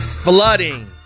Flooding